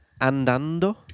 andando